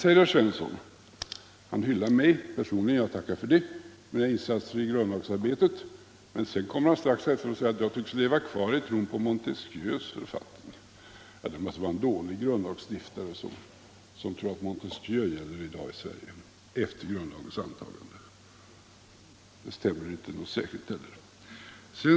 Herr Svensson hyllar mig sedan personligen — och jag tackar för det —- för mina insatser i grundlagsarbetet. Men strax efteråt säger han att jag tycks leva kvar i tron på Montesquieus maktfördelningslära. Det måste vara en dålig grundlagsstiftare som tror att Montesquieu gäller i dag i Sverige, efter grundlagens antagande. Det stämmer inte heller särskilt bra.